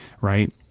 right